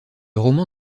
roman